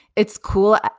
it's cool.